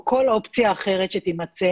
או כל אופציה אחרת שתימצא